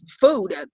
food